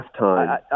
halftime